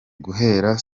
guhera